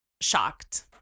shocked